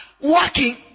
working